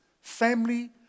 Family